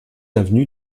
avenue